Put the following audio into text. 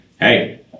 hey